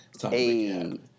Hey